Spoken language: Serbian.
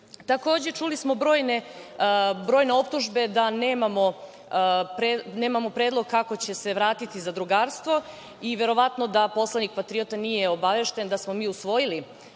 ženu. Takođe, čuli smo brojne optužbe da nemamo predlog kako će se vratiti zadrugarstvo i verovatno da poslanik patriota nije obavešten da smo mi usvojili